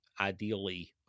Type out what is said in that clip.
ideally